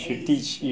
very easy to make